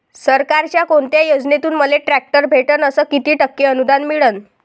सरकारच्या कोनत्या योजनेतून मले ट्रॅक्टर भेटन अस किती टक्के अनुदान मिळन?